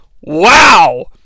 Wow